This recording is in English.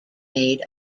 made